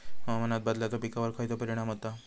हवामान बदलाचो पिकावर खयचो परिणाम होता?